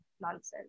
nonsense